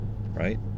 Right